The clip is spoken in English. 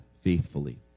faithfully